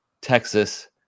Texas